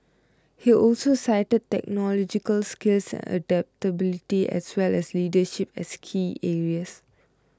he also cited technological skills and adaptability as well as leadership as key areas